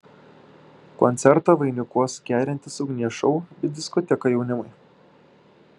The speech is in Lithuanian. koncertą vainikuos kerintis ugnies šou bei diskoteka jaunimui